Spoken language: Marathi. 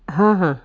हां हां